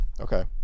Okay